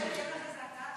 צריך לבטל את החוק,